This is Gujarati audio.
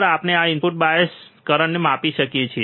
આ રીતે આપણે ઇનપુટ બાયસ કરંટને માપી શકીએ છીએ